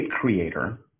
creator